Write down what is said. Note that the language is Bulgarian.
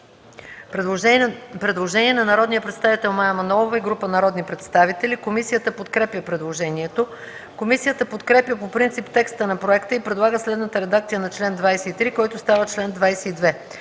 предложение на народния представител Мая Манолова и група народни представители. Комисията подкрепя предложението. Комисията подкрепя по принцип текста и предлага следната редакция на чл. 23, който става чл. 22: